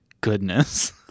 goodness